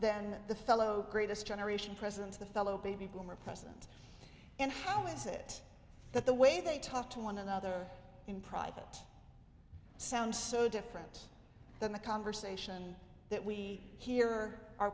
then the fellow greatest generation president the fellow baby boomer president and how is it that the way they talk to one another in private sounds so different than the conversation that we hear o